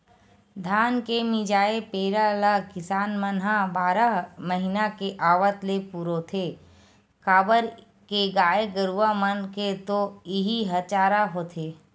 धान के मिंजाय पेरा ल किसान मन ह बारह महिना के आवत ले पुरोथे काबर के गाय गरूवा मन के तो इहीं ह चारा होथे